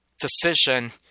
decision